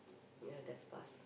ya that's fast